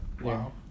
Wow